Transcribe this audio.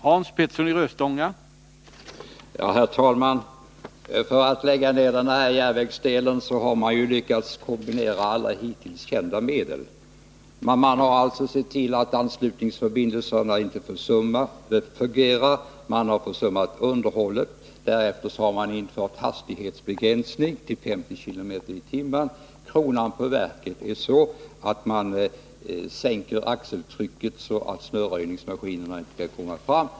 Herr talman! Man har för att lägga ned den berörda bandelen lyckats kombinera alla hittills kända medel för ett sådant syfte. Man har sett till att anslutningsförbindelserna inte fungerar, man har försummat underhållet och därefter har man infört hastighetsbegränsning till 50 km/tim. Kronan på verket är en sänkning av axeltrycket, så att snöröjningsmaskinerna inte skall kunna komma fram.